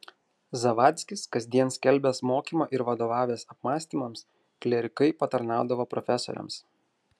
zavadzkis kasdien skelbęs mokymą ir vadovavęs apmąstymams klierikai patarnaudavo profesoriams